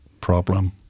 problem